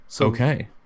Okay